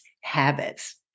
habits